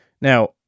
Now